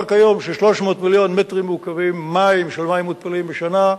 כיום של 300 מיליון מטרים מעוקבים מים מותפלים בשנה,